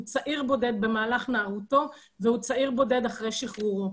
הוא צעיר בודד במהלך נערותו והוא צעיר בודד אחרי שחרורו.